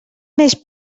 més